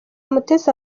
mutesi